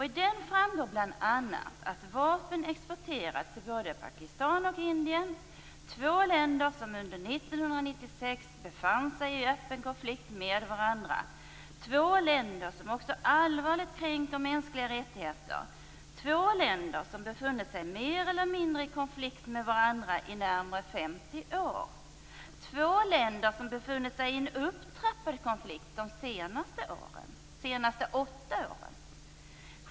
I den framgår bl.a. att vapen exporterats till både Pakistan och Indien, två länder som under 1996 befann sig i öppen konflikt med varandra, två länder som också allvarligt kränker mänskliga rättigheter, två länder som befunnit sig mer eller mindre i konflikt med varandra i närmare 50 år, två länder som befunnit sig i en upptrappad konflikt de senaste åtta åren.